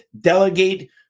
Delegate